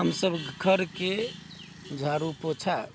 हमसभ घरके झाड़ू पोछा